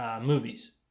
movies